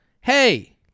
Hey